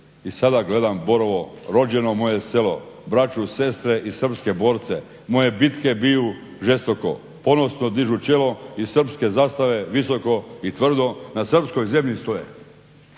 I sada gledam Borovo rođeno moje selo, braću, sestre i srpske borce, moje bitke biju žestoko, ponosno dižu čelo i srpske zastave visoko i tvrdo na srpskoj zemlji stoje".